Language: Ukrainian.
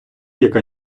яка